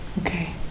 Okay